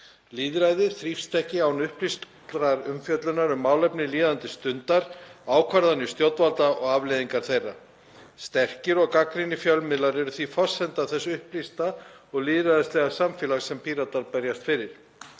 Lýðræðið þrífst ekki án upplýstrar umfjöllunnar um málefni líðandi stundar, ákvarðanir stjórnvalda og afleiðingar þeirra. Sterkir og gagnrýnir fjölmiðlar eru því forsenda þess upplýsta og lýðræðislega samfélags sem Píratar berjast fyrir.